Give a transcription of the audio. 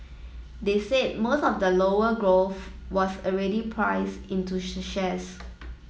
they said most of the lower growth was already price into the shares